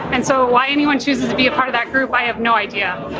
and so why anyone chooses to be a part of that group. i have no idea.